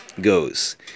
goes